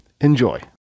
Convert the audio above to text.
Enjoy